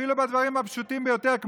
אפילו בדברים הפשוטים ביותר,